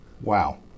Wow